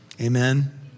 Amen